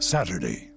Saturday